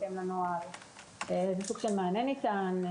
איזה מענה ניתן,